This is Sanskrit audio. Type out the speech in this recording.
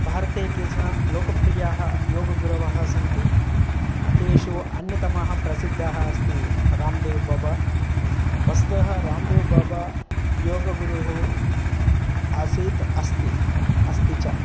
भारते केचन लोकप्रियाः योगगुरवः सन्ति तेषु अन्यतमः प्रसिद्धः अस्ति राम् देव् बाबा वस्तुतः राम् देव् बाबा योगगुरुः आसीत् अस्ति अस्ति च